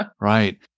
Right